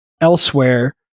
elsewhere